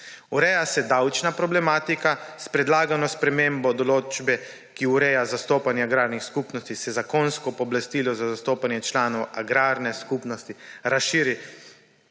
Ureja se davčna problematika, s predlagano spremembo določbe, ki ureja zastopanje agrarnih skupnosti se zakonsko pooblastilo za zastopanje članov agrarne skupnosti razširi